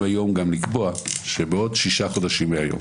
היום גם לקבוע שבעוד שישה חודשים מהיום